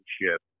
relationship